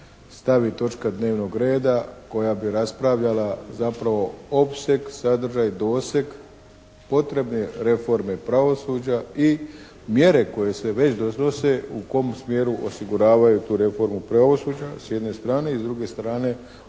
stavi točka dnevnog reda koja bi raspravljala zapravo opseg, sadržaj, doseg, potrebne reforme pravosuđa i mjere koje se već donose u kom smjeru osiguravaju tu reformu pravosuđa s jedne strane, i s druge strane o